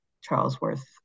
Charlesworth